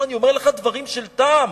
והרי אני אומר לך דברים של טעם.